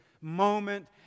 moment